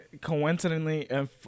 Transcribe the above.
coincidentally